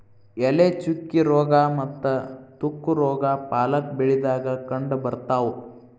ಎಲೆ ಚುಕ್ಕಿ ರೋಗಾ ಮತ್ತ ತುಕ್ಕು ರೋಗಾ ಪಾಲಕ್ ಬೆಳಿದಾಗ ಕಂಡಬರ್ತಾವ